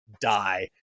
die